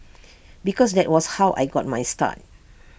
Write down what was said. because that was how I got my start